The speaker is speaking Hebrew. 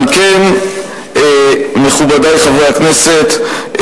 מכובדי חברי הכנסת,